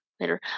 later